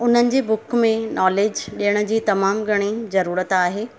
उन्हनि जे बुक में नॉलेज ॾियण जी तमामु घणी ज़रूरत आहे